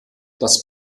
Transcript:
das